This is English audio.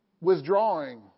withdrawing